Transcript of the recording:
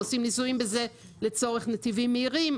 הם עושים ניסויים בזה לצורך נתיבים מהירים.